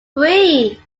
three